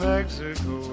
Mexico